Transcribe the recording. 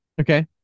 Okay